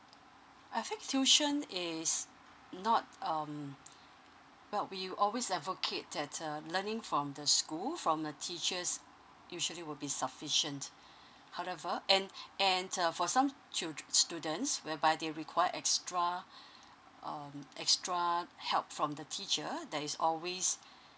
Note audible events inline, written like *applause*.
I think tuition is not um well we always advocate that uh learning from the school from the teachers usually will be sufficient *breath* however and and uh for some childr~ students whereby they require extra *breath* um extra help from the teacher there is always *breath*